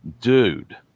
dude